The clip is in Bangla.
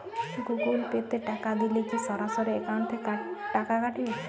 গুগল পে তে টাকা দিলে কি সরাসরি অ্যাকাউন্ট থেকে টাকা কাটাবে?